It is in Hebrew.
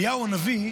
אליהו הנביא,